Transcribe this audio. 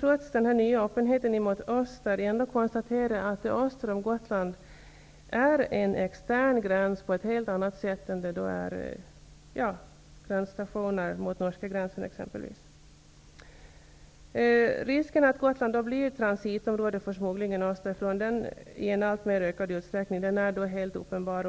Trots den nya öppenheten gentemot öst måste jag konstatera att det öster om Gotland finns en extern gräns som helt skiljer sig från hur det är vid exempelvis gränsstationerna vid norska gränsen. Risken att Gotland i allt större utsträckning blir ett transitområde för smugglingen österifrån är helt uppenbar.